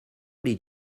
did